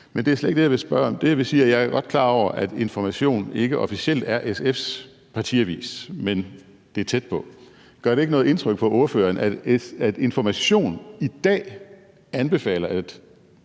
Men det er slet ikke det, jeg vil spørge om. Det, jeg vil sige, er, at jeg godt er klar over, at Information ikke officielt er SF's partiavis, men det er tæt på. Gør det ikke noget indtryk på ordføreren, at Information i dag anbefaler, at